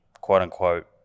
quote-unquote